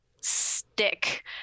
stick